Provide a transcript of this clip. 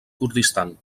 kurdistan